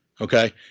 okay